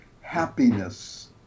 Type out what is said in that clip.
happiness